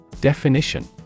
Definition